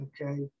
okay